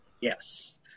Yes